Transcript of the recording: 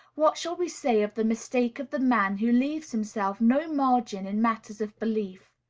what shall we say of the mistake of the man who leaves himself no margin in matters of belief?